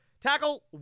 tackle